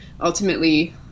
ultimately